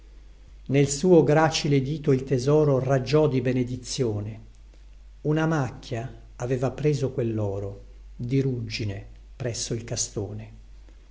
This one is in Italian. nel suo gracile dito il tesoro raggiò di benedizïone una macchia avea preso quelloro di ruggine presso il castone